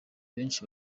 benshi